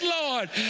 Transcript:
Lord